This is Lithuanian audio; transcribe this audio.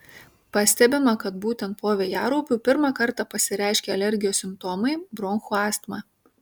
pastebima kad būtent po vėjaraupių pirmą kartą pasireiškia alergijos simptomai bronchų astma